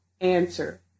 Answer